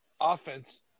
offense